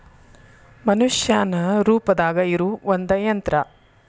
ಮನಷ್ಯಾನ ರೂಪದಾಗ ಇರು ಒಂದ ಯಂತ್ರ